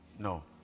No